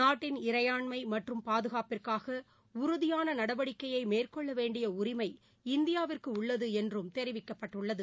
நாட்டின் இறையாண்மைமற்றும் பாதுகாப்பிற்காகஉறுதியானநடவடிக்கையைமேற்கொள்ளவேண்டியஉரிமை இந்தியாவிற்குஉள்ளதுஎன்றும் தெரிவிக்கப்பட்டுள்ளது